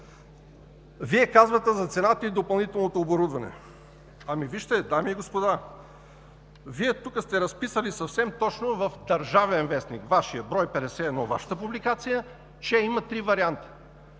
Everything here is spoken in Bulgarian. Вие казвате за цената и допълнителното оборудване – вижте, дами и господа, тук сте разписали съвсем точно в „Държавен вестник“, Вашия, брой 51 – Вашата публикация, че има три варианта: